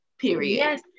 Period